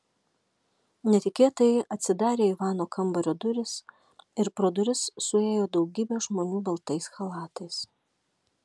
netikėtai atsidarė ivano kambario durys ir pro duris suėjo daugybė žmonių baltais chalatais